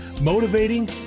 motivating